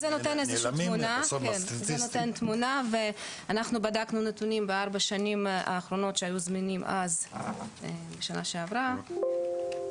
אנחנו בדקנו נתונים מארבע השנים האחרונות שהיו זמינים בשנה שעברה.